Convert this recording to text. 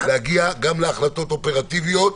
להחלטות אופרטיביות.